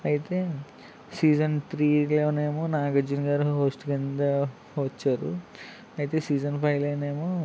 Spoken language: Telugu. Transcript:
అయితే సీజన్ త్రీ లోనేమో నాగార్జున గారు హోస్ట్ కింద వచ్చారు అయితే సీజన్ ఫైవ్లోనేమో